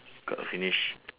card all finish